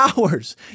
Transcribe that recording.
hours